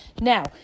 Now